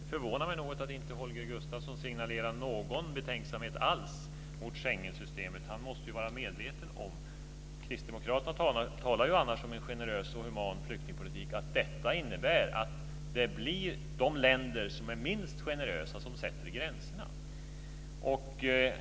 Fru talman! Det förvånar mig något att inte Holger Gustafsson signalerar någon betänksamhet alls mot Schengensystemet. Kristdemokraterna talar ju annars om en generös och human flyktingpolitik. Han måste ju vara medveten om att detta innebär att det blir de länder som är minst generösa som sätter gränserna.